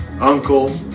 uncle